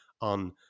on